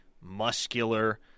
muscular